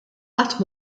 qatt